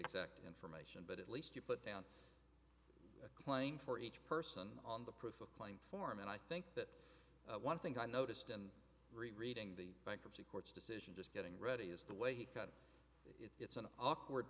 exact information but at least you put down a claim for each person on the proof of claim form and i think that one thing i noticed and re reading the bankruptcy court's decision just getting ready is the way he cut it's an awkward